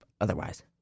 otherwise